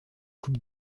coupe